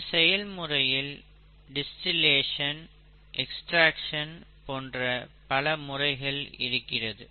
இந்த செயல்முறையில் distillation extraction போன்ற பல முறைகள் இருக்கிறது